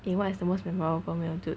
eh what is the most memorable male dude